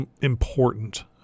important